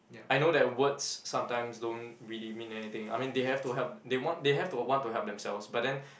I know that words sometimes don't really mean anything I mean they have to help they want they had to want to help themselves but then